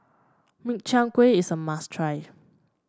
Min Chiang Kueh is a must try